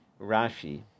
Rashi